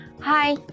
Hi